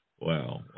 wow